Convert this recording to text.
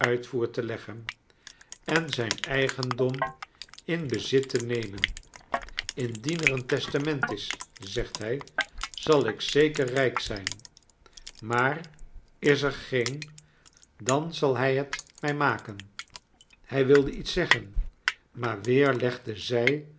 uitvoer te leggen en zijn eigendom in bezit te nemen indien er een testament is zegt hij zal ik zeker rijk zijn maar is er geen dan zal hij het mij maken hij wilde iets zeggen maar weer legde zij